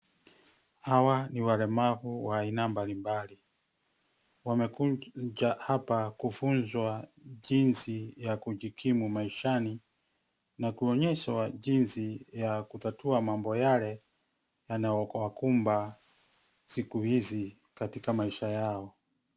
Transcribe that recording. Hawa ni walemavu wa aina mbalimbali. Wamekuja hapa kufunzwa jinsi ya kujikimu maishani na kuonyeshwa jinsi ya kutatua mambo yale yanayowakumba siku hizi katika maisha yao.